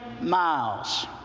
miles